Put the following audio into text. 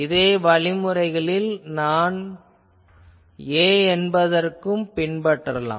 இதே வழிமுறையில் நான் இதை A என்று கூறலாம்